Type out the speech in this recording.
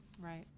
Right